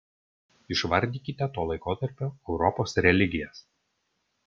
išvardykite to laikotarpio europos religijas